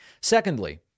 Secondly